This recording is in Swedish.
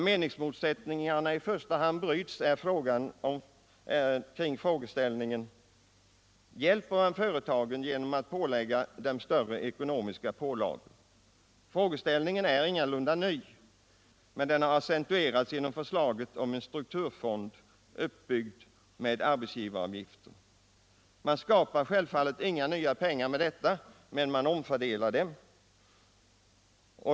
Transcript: Meningarna bryts i första hand kring frågeställningen: Hjälper man företagen genom större ekonomiska pålagor? Frågeställningen är ingalunda ny, men den har accentuerats genom förslaget om en strukturfond uppbyggd med arbetsgivaravgifter. Man skapar självfallet inga nya pengar genom en sådan fond, men man omfördelar pengar.